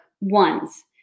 ones